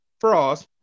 Frost